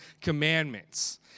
Commandments